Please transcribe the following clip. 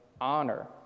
honor